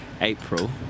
April